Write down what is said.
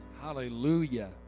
Hallelujah